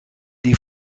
die